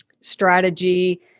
strategy